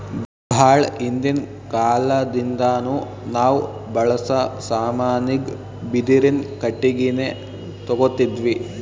ಭಾಳ್ ಹಿಂದಿನ್ ಕಾಲದಿಂದಾನು ನಾವ್ ಬಳ್ಸಾ ಸಾಮಾನಿಗ್ ಬಿದಿರಿನ್ ಕಟ್ಟಿಗಿನೆ ತೊಗೊತಿದ್ವಿ